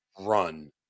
run